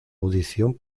audición